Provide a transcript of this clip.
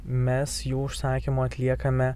mes jų užsakymu atliekame